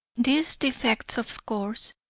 these defects, of course,